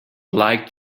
like